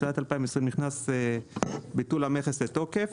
בתחילת 2020 נכנס ביטול המכס לתוקף